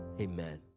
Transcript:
amen